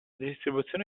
distribuzione